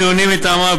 חיוניים מטעמם,